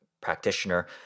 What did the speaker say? practitioner